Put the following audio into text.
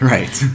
Right